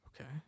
Okay